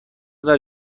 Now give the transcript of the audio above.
دارد